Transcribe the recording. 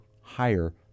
higher